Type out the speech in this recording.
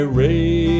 ray